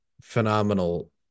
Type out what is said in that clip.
phenomenal